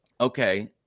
okay